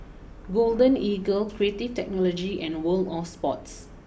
Golden Eagle Creative Technology and World of Sports